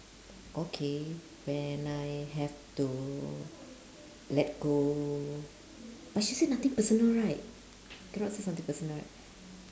okay when I have to let go but she said nothing personal right cannot say something personal right